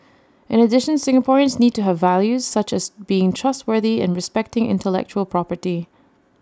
in addition Singaporeans need to have values such as being trustworthy and respecting intellectual property